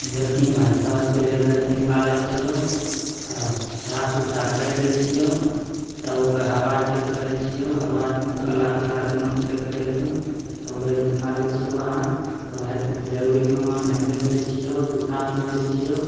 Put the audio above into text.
देखही भाइ सबसँ पहिले गाड़ी निकालै छिऔ आओर साफ सुथरा करि दै छिऔ तब ओकर हवा चेक करै छिऔ हवा अगला पछिला दुनूमे चेक करिके तब गाड़ी निकालै छिऔ बाहर तब हेल जरूरीके समान हेलमेट लै छिऔ जुत्ता पेन्ह लै छिऔ